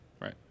Right